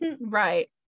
right